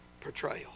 portrayal